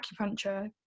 acupuncture